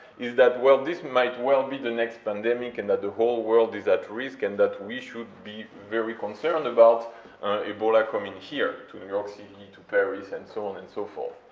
is that, well, this might well be the next pandemic, and that the whole world is at risk, and that we should be very concerned about ebola coming here, to new york city, to paris, and so on and so forth.